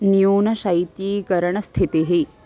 न्यूनशैत्यीकरणस्थितिः